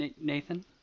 Nathan